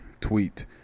tweet